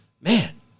man